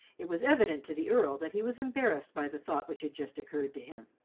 it was evident to the earl that he was embarrassed by the thought which had just occurred to him.